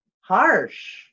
harsh